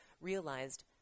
realized